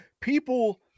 people